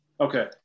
Okay